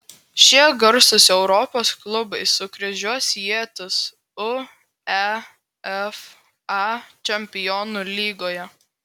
šie garsūs europos klubai sukryžiuos ietis uefa čempionų lygoje